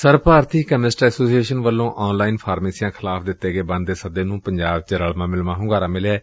ਸਰਬ ਭਾਰਤੀ chemist association ਵੱਲੋਂ ਆਨ ਲਾਈਨ ਫਾਰਮੇਸੀਆਂ ਖਿਲਾਫ਼ ਦਿੱਤੇ ਗਏ ਬੰਦ ਦੇ ਸੱਦੇ ਨੂੰ ਪੰਜਾਬ ਚ ਰਲਵਾਂ ਮਿਲਵਾਂ ਹੁੰਗਾਰਾ ਮਿਲਿਐ